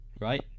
right